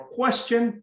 question